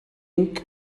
pinc